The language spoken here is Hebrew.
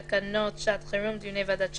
לתקנות שעת חירום (דיוני ועדות שחרורים),